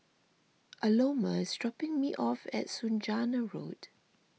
Aloma is dropping me off at Saujana Road